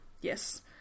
Yes